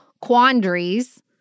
quandaries